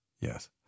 yes